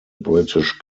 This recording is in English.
british